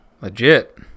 Legit